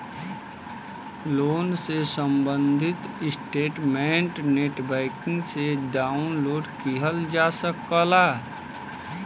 loan से सम्बंधित statement net banking से डाउनलोड किहल जा सकला